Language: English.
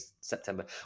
September